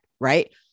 Right